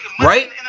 Right